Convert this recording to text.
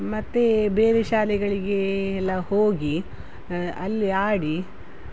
ಮತ್ತು ಬೇರೆ ಶಾಲೆಗಳಿಗೆ ಎಲ್ಲ ಹೋಗಿ ಅಲ್ಲಿ ಆಡಿ